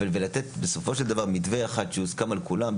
ולתת מתווה אחד שיוסכם על כולם,